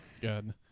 Good